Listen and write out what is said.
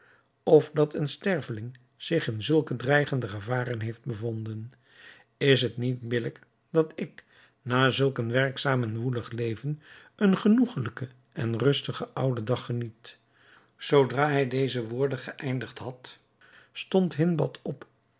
of dat een sterveling zich in zulke dreigende gevaren heeft bevonden is het niet billijk dat ik na zulk een werkzaam en woelig leven een genoegelijken en rustigen ouden dag geniet zoodra hij deze woorden geëindigd had stond hindbad op